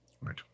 right